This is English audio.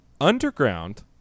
underground